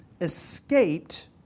escaped